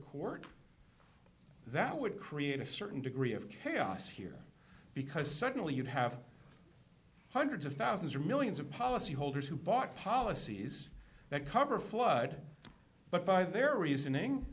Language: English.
court that would create a certain degree of chaos here because suddenly you have hundreds of thousands or millions of policyholders who bought policies that cover flood but by their reasoning